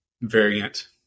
variant